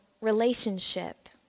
relationship